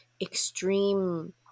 extreme